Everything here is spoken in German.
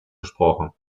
gesprochen